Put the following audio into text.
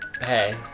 Hey